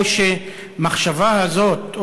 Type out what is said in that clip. או שהמחשבה הזאת,